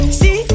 see